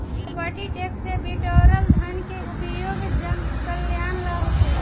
property tax से बिटोरल धन के उपयोग जनकल्यान ला होखेला